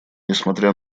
несмотря